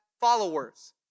followers